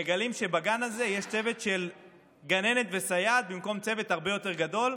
ומגלים שבגן הזה יש צוות של גננת וסייעת במקום צוות הרבה יותר גדול,